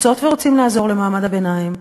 רוצות ורוצים לעזור למעמד הביניים?